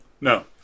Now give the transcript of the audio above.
No